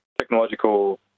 technological